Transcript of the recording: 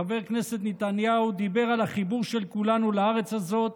חבר הכנסת נתניהו דיבר על החיבור של כולנו לארץ הזאת,